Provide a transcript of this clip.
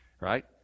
right